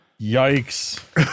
yikes